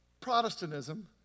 Protestantism